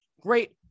great